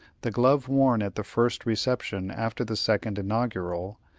the glove worn at the first reception after the second inaugural,